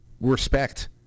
respect